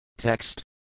Text